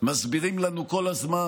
מסבירים לנו כל הזמן